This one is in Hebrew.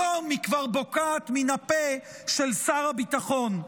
היום היא כבר בוקעת מן הפה של שר הביטחון.